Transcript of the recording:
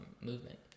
movement